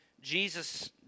Jesus